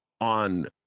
on